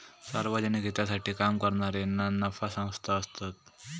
सार्वजनिक हितासाठी काम करणारे ना नफा संस्था असतत